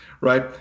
Right